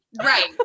right